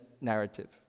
narrative